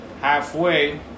halfway